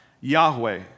Yahweh